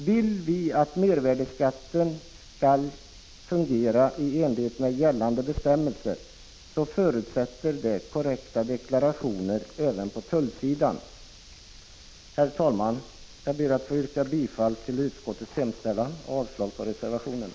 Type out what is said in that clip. Vill vi att mervärdeskatten skall fungera i enlighet med gällande bestämmelser, förutsätter det korrekta deklarationer även på tullsidan. Herr talman! Jag ber att få yrka bifall till utskottets hemställan och avslag på reservationerna.